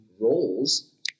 roles